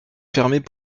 fermées